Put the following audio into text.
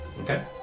Okay